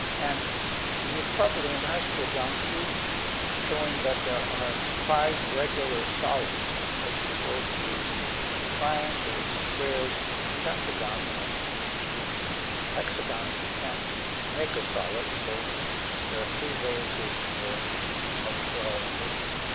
and you've probably, in high school, gone through showing that there are five regular solids, because you go through triangles, squares, and pentagons, and with hexagons, you can't make a solid, so there are three ways of of making